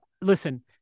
listen